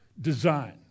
design